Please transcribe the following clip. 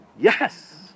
Yes